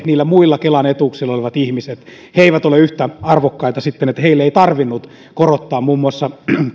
muilla kelan etuuksilla olevat ihmiset eivät ole yhtä arvokkaita niin että heille ei tarvinnut korottaa muun muassa